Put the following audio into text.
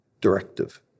directive